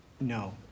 no